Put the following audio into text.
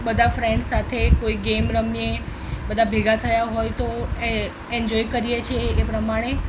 બધા ફ્રેન્ડસ સાથે કોઈ ગેમ રમીએ બધા ભેગા થયા હોય તો એ એન્જોય કરીએ છીએ એ પ્રમાણે